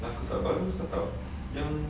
tak tahu bagus ke tak yang